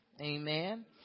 Amen